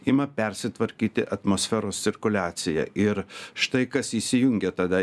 ima persitvarkyti atmosferos cirkuliacija ir štai kas įsijungia tada